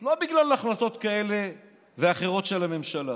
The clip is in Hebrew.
לא בגלל החלטות כאלה ואחרות של הממשלה,